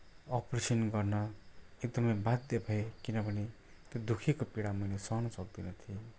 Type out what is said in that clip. operation गर्न एकदमै बाध्य भएँ किनभने त्यो दुखेको पीडा मैले सहन सक्दिनँ थिएँ